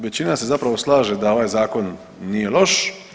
Većina se zapravo slaže da ovaj zakon nije loš.